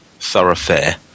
thoroughfare